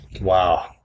Wow